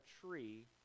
tree